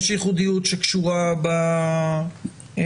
יש ייחודיות שקשורה בצורך,